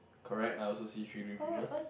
correct I also see green bridges